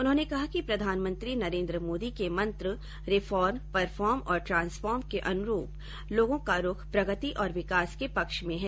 उन्होंने कहा कि प्रधानमंत्री नरेन्द्र मोदी के मंत्र रिफॉर्म परफार्म और ट्रांसफार्म के अनुरूप लोगों का रूख प्रगति और विकास के पक्ष में है